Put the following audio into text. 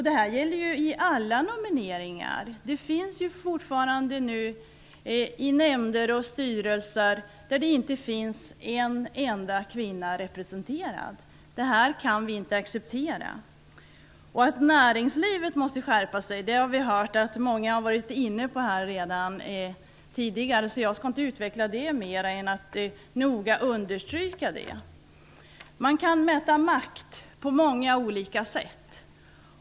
Detta gäller alla nomineringar. Det finns fortfarande nämnder och styrelser där inte en enda kvinna är representerad. Det kan vi inte acceptera. Många har redan tidigare sagt att näringslivet måste skärpa sig, så jag skall inte utveckla det mer än att noga understryka det. Makt kan mätas på många olika sätt.